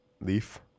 Leaf